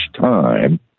time